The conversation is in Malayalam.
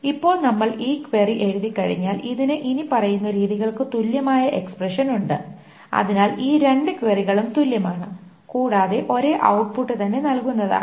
ഇപ്പോൾ നമ്മൾ ഈ ക്വയറി എഴുതിക്കഴിഞ്ഞാൽ ഇതിന് ഇനിപ്പറയുന്ന രീതികൾക്ക് തുല്യമായ എക്സ്പ്രെഷൻ ഉണ്ട് അതിനാൽ ഈ രണ്ടു ക്വയറികളും തുല്യമാണ് കൂടാതെ ഒരേ ഔട്ട്പുട്ട് തന്നെ നൽകുന്നതാണ്